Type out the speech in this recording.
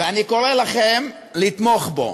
ואני קורא לכם לתמוך בו.